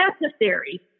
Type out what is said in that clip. necessary